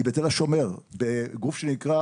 היא בתל השומר בגוף שנקרא